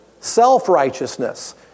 Self-righteousness